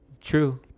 true